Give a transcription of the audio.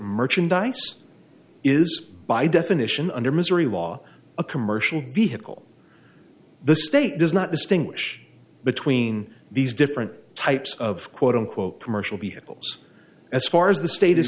merchandise is by definition under missouri law a commercial vehicle the state does not distinguish between these different types of quote unquote commercial vehicles as far as the state is